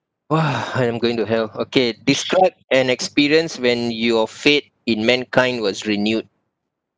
!wah! I am going to hell okay describe an experience when your faith in mankind was renewed